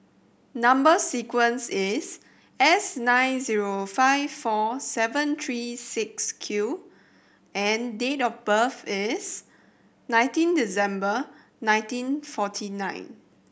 number sequence is S nine zero five four seven three six Q and date of birth is nineteen December nineteen forty nine